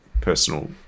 Personal